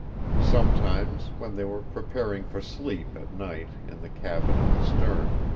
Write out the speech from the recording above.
sometimes, when they were preparing for sleep, at night, in the cabin at the stern,